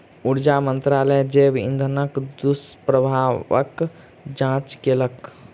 ऊर्जा मंत्रालय जैव इंधनक दुष्प्रभावक जांच केलक